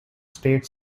state